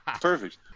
Perfect